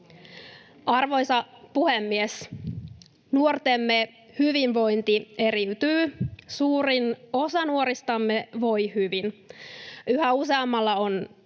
Arvoisa puhemies! Nuortemme hyvinvointi eriytyy. Suurin osa nuoristamme voi hyvin. Yhä useammalla on